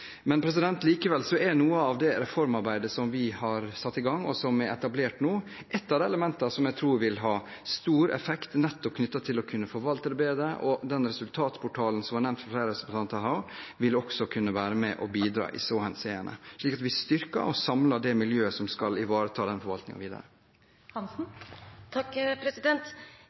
Likevel er noe av det reformarbeidet som vi har satt i gang, og som er etablert nå, et av elementene som jeg tror vil ha stor effekt, nettopp knyttet til å kunne forvalte det bedre. Den resultatportalen som er nevnt av flere representanter, vil også kunne være med og bidra i så henseende, slik at vi styrker og samler det miljøet som skal ivareta den forvaltningen videre.